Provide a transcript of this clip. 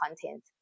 content